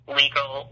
legal